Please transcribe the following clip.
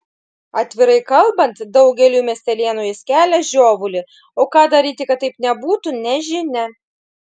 atvirai kalbant daugeliui miestelėnų jis kelia žiovulį o ką daryti kad taip nebūtų nežinia